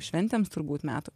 šventėms turbūt metų